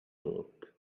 look